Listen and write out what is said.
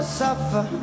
suffer